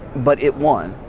but it won.